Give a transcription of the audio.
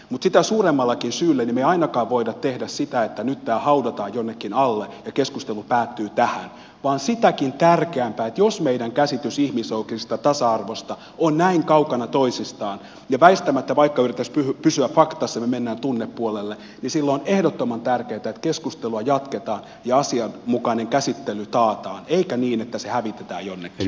mutta sitä suuremmallakaan syyllä me emme ainakaan voi tehdä niin että nyt tämä haudataan jonkin alle ja keskustelu päättyy tähän vaan jos meidän käsityksemme ihmisoikeuksista ja tasa arvosta ovat näin kaukana toisistaan ja me väistämättä vaikka yrittäisimme pysyä faktassa menemme tunnepuolelle on ehdottoman tärkeätä että keskustelua jatketaan ja asianmukainen käsittely taataan eikä niin että se hävitetään jonnekin